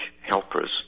helpers